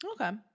Okay